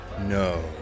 No